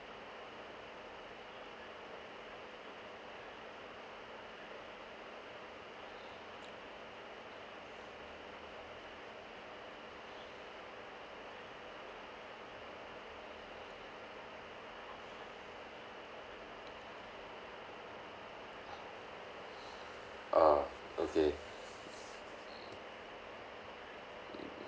ah okay